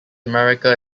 america